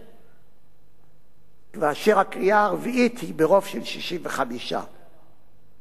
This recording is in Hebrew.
והקריאה הרביעית היא ברוב של 65. בעצם מה עושה הצעת החוק?